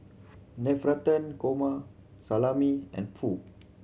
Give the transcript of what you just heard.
Navratan Korma Salami and Pho